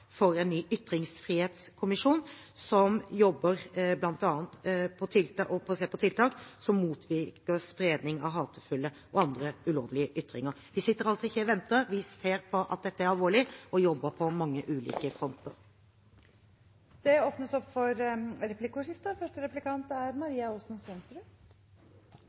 for en ny ytringsfrihetskommisjon som bl.a. jobber for å se på tiltak som motvirker spredning av hatefulle og andre ulovlige ytringer. Vi sitter altså ikke og venter – vi ser at dette er alvorlig og jobber på mange ulike fronter. Det blir replikkordskifte.